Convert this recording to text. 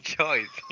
choice